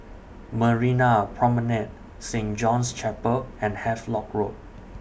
Marina Promenade Saint John's Chapel and Havelock Road